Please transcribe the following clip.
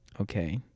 okay